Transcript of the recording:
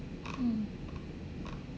mm